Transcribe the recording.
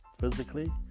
Physically